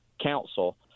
council